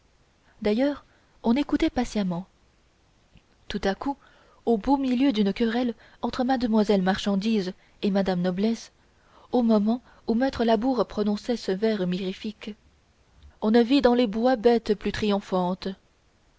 d'ailleurs on écoutait patiemment tout à coup au beau milieu d'une querelle entre mademoiselle marchandise et madame noblesse au moment où maître labour prononçait ce vers mirifique onc ne vis dans les bois bête plus triomphante